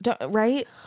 right